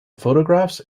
photographs